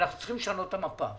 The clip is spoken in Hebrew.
אנחנו צריכים לשנות את המפה.